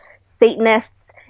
Satanists